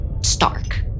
stark